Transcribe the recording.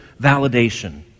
validation